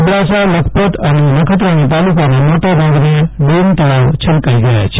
અબડાસા લખપત અને નખત્રાણા તાલુકાના મોટાભાગના ડેમ તળાવ છલકાઇ ગયા છે